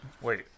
Wait